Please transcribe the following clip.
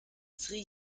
sri